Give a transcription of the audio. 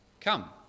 come